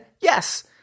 yes